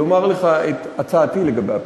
לומר לך את הצעתי לגבי הפתרון.